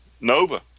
Nova